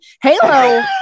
Halo